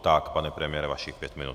Tak, pane premiére, vašich pět minut.